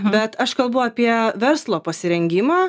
bet aš kalbu apie verslo pasirengimą